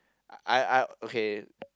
I I okay